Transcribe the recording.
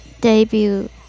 debut